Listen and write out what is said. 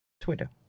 Twitter